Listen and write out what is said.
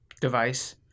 device